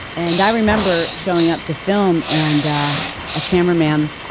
and i remember showing up to film and a cameraman. um